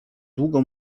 długo